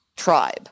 Tribe